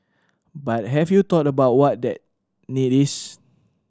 but have you thought about what that need is